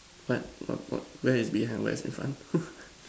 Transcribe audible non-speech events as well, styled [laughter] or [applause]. what what what where is behind where is in front [noise]